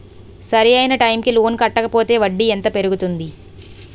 సరి అయినా టైం కి లోన్ కట్టకపోతే వడ్డీ ఎంత పెరుగుతుంది?